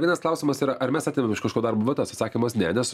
vienas klausimas yra ar mes atimam iš kažko darbo vietas atsakymas ne nes